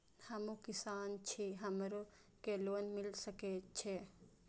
हमू किसान छी हमरो के लोन मिल सके छे?